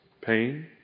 pain